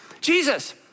Jesus